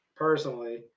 Personally